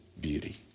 beauty